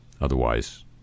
Otherwise